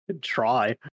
try